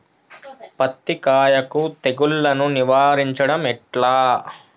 పత్తి కాయకు తెగుళ్లను నివారించడం ఎట్లా?